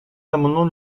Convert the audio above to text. l’amendement